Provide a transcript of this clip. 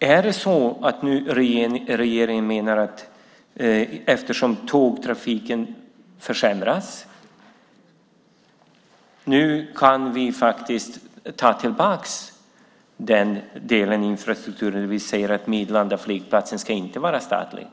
indragna. Menar regeringen när nu tågtrafiken försämras att vi kan ta tillbaka den delen av infrastrukturen, och säga att Midlanda flygplats inte ska vara statlig?